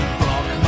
block